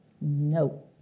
No